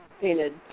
painted